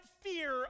fear